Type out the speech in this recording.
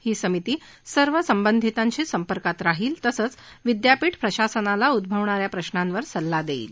ही समिती सर्व संबधितांशी संपर्कात राहील तसंच विद्यापीठ प्रशासनाला उद्भवणा या प्रशांवर सल्ला देईल